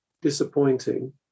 Disappointing